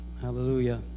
Hallelujah